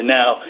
now